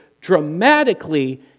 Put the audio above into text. dramatically